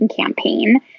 campaign